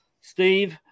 Steve